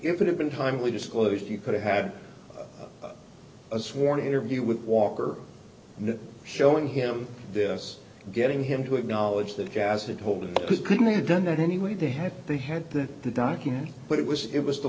if it had been timely disclosed you could have had a sworn interview with walker and showing him this getting him to acknowledge that casket holder who couldn't have done that anyway they had they had the documents but it was it was the